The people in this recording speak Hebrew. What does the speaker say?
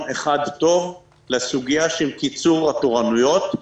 אחד טוב לסוגיה של קיצור התורנויות,